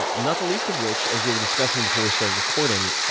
but not the least of which, as we were discussing before we started recording,